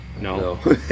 No